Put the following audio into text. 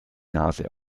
nase